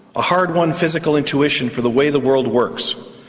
a hard-won physical intuition for the way the world works,